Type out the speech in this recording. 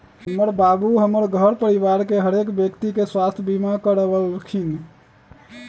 हमर बाबू हमर घर परिवार के हरेक व्यक्ति के स्वास्थ्य बीमा करबलखिन्ह